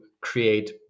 create